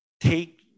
take